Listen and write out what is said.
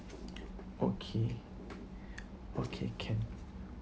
okay okay can